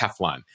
Teflon